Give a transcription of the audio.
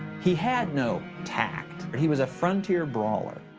he had no tact. he was a frontier brawler.